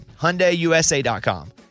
HyundaiUSA.com